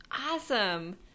Awesome